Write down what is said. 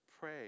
pray